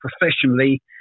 professionally